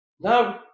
No